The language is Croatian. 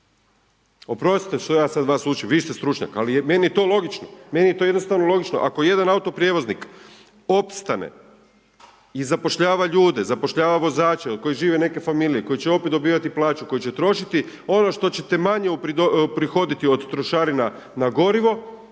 Oprostite što ja sad vaš učim. Vi ste stručnjak, ali meni je to logično. Meni je to jednostavno logično ako jedan autoprijevoznik opstane i zapošljava ljude, zapošljava vozače od kojih žive neke familije koje će opet dobivati plaću, koji će trošiti ono što ćete manje uprihoditi od trošarina na gorivo,